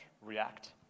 react